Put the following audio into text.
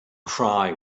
cry